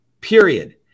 Period